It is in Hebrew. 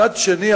מצד שני,